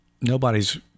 nobody's